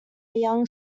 young